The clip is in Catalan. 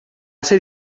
ser